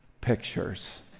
pictures